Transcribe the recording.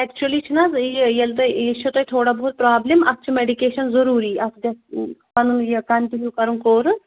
اٮ۪کچُلی چھُنَہ حظ یہِ ییٚلہِ تۄہہِ یہِ چھُو تۄہہِ تھوڑا بہت پرٛابلِم اَتھ چھُ مٮ۪ڈِکیٚشَن ضُروٗری اَتھ گَژھِ پَنُن یہِ کَنٹِنیوٗ کَرُن کورُس